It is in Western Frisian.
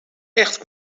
echt